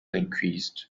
increased